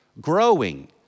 Growing